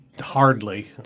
hardly